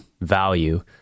value